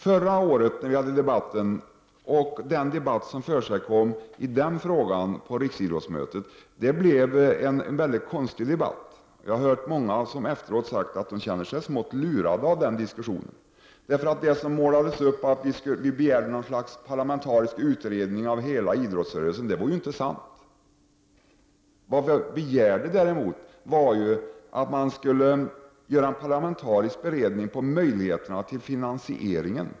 Förra årets debatt och den debatt som fördes i frågan på riksidrottsmötet blev konstiga debatter. Jag har hört många som har sagt efteråt att de känner sig smått lurade av den diskussionen. Det som målades upp då, att en parlamentarisk utredning gällande hela idrottsrörelsen begärdes, det var inte sant. Vad som begärdes var att man skulle tillsätta en parlamentarisk beredning om möjligheterna till finansiering.